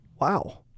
Wow